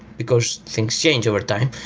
because things change overtime.